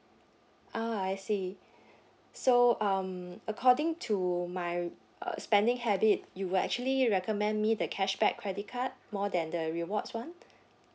ah I see so um according to my uh spending habit you actually recommend me the cashback credit card more than the rewards [one]